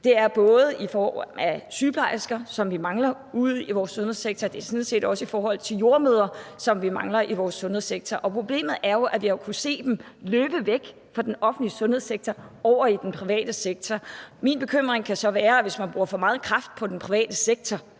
Det er både i form af sygeplejersker, som vi mangler ude i vores sundhedssektor, og sådan set også i form af jordemødre, som vi mangler i vores sundhedssektor. Problemet er jo, at vi har kunnet se dem løbe væk fra den offentlige sundhedssektor og over i den private sektor. Min bekymring kan så være, at hvis man bruger for meget kraft på den private sektor